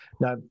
Now